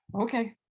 okay